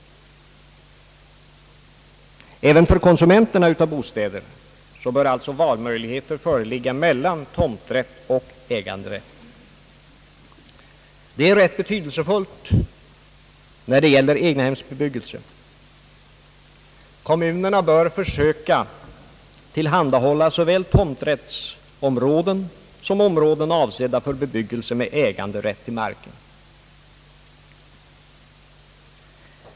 Även för konsumenterna av bostäder bör alltså valmöjligheter föreligga mellan tomträtt och äganderätt. Det är ganska betydelsefullt när det gäller egnahemsbebyggelse. Kommunerna bör försöka tillhandahålla såväl tomträttsområden som områden avsedda för bebyggelse med äganderätt till marken.